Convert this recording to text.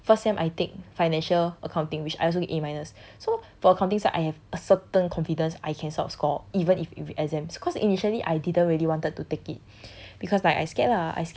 uh first sem I take financial accounting which I also get a minus so for accounting side I have a certain confidence I can sort of score even if with exams cause initially I didn't really wanted to take it